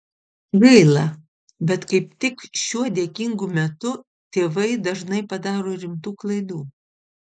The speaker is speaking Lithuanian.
gaila bet kaip tik šiuo dėkingu metu tėvai dažnai padaro rimtų klaidų